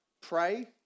pray